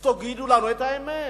אז תגידו לנו את האמת,